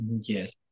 yes